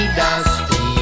dusty